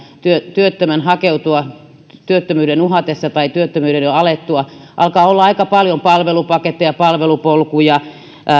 työttömän hakeutua työttömyyden uhatessa tai työttömyyden jo alettua alkaa olla aika paljon palvelupaketteja palvelupolkuja